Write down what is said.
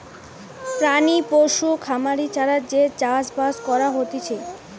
প্রাণী পশু খামারি ছাড়া যে চাষ বাস করা হতিছে